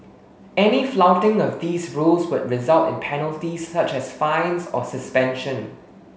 any flouting of these rules would result in penalties such as fines or suspension